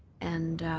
and